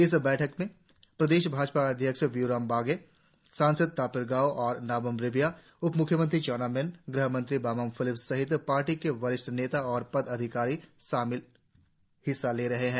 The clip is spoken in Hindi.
इस बैठक मेँ प्रदेश भाजपा अध्यक्ष बिय्राम वाघे सांसद तापिर गाव और नाबम रेबिया उप म्ख्यमंत्री चाउना मैन गृहमंत्री बामांग फेलिक्स सहित पार्टी के वरिष्ठ नेता और पदाधिकारी हिस्सा ले रहे हैं